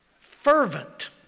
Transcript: fervent